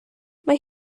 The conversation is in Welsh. mae